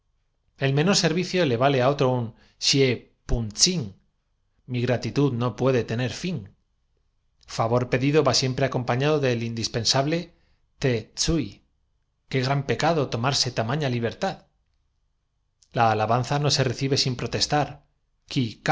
el menor servicio le vale á uno un sie puquedaban antes sometidos á cuarenta días de aprendi tsin mi gratitud no puede tener fin favor pedido va zaje y eran examinados por el tribunal de los ritos siempre acompañado del indispensable te tsui qué transcurridos los cuales si cometían algún yerro ante gran pecado tomarme tamaña libertad la alabanza no se recibe sin protestar ki